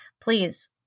Please